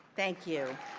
thank you.